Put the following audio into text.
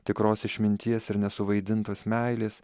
tikros išminties ir nesuvaidintos meilės